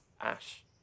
Ash